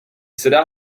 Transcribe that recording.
sedá